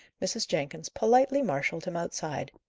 mrs. jenkins politely marshalled him outside,